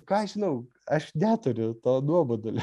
ką aš žinau aš neturiu to nuobodulio